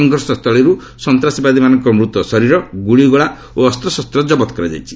ସଂଘର୍ଷ ସ୍ଥଳୀରୁ ସନ୍ତାସବାଦୀମାନଙ୍କ ମୃତ ଶରୀର ଗୁଳିଗୋଳା ଓ ଅସ୍ତଶସ୍ତ ଜବତ କରାଯାଇଛି